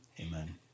amen